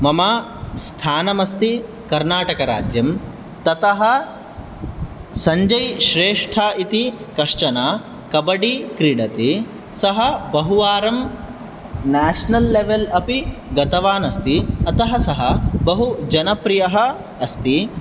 मम स्थानमस्ति कर्णाटकराज्यम् ततः सञ्जय् श्रेष्ठ इति कश्चन कबडी क्रीडति सः बहुवारं नेश्नल् लेवल् अपि गतवान् अस्ति अतः सः बहुजनप्रियः अस्ति